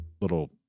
little –